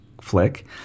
flick